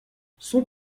son